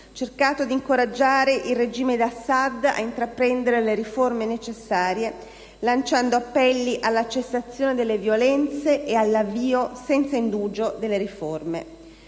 Moallem) d'incoraggiare il regime di Assad ad intraprendere le riforme necessarie, lanciando appelli alla cessazione delle violenze e all'avvio, senza indugio, delle riforme.